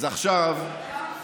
בליכוד